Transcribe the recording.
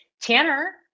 Tanner